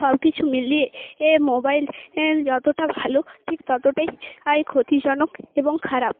সবকিছু মিলিয়ে এ মোবাইল যতটা ভালো ঠিক ততটাই ক্ষতিজনক এবং খারাপ